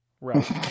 Right